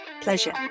Pleasure